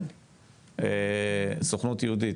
סוכנות יהודית,